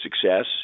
success